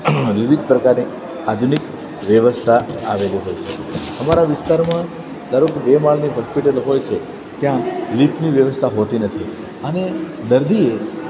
વિવિધ પ્રકારની આધુનિક વ્યવસ્થા આવેલી હોય છે અમારા વિસ્તારોમાં ધારો કે બે માળની હોસ્પિટલ હોય છે ત્યાં લિફ્ટની વ્યવસ્થા હોતી નથી અને દર્દીએ